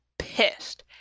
pissed